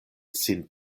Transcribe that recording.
sin